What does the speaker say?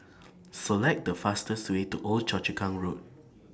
Select The fastest Way to Old Yio Chu Kang Road